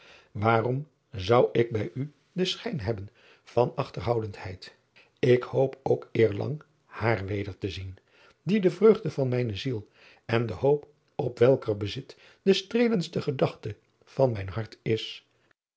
waarom zou ik bij u den schijn hebben van achterboudendheid k hoop ook eerlang haar weder te zien die de vreugde van mijne ziel en de hoop op welker bezit de streelendste gedachte van mijn hart is